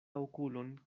okulon